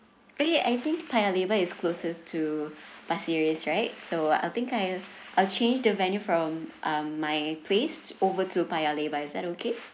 eh I think paya lebar is closest to pasir ris right so I think I'll I will change the venue from um my placed over to paya lebar is that okay